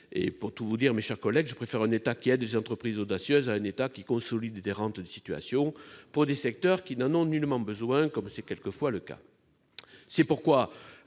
Pour tout vous dire, mes chers collègues, je préfère un État qui aide des entreprises audacieuses à un État qui consolide des rentes de situation dans des secteurs qui n'en ont nullement besoin, comme c'est quelquefois le cas